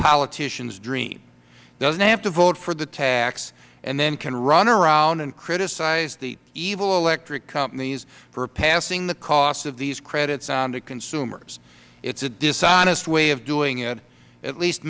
politician's dream doesn't have to vote for the tax and then can run around and criticize the evil electricity companies for passing the cost of these credits on to consumers it's a dishonest way of doing it at least